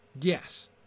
Yes